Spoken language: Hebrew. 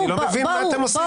אני לא מבין מה אתם עושים.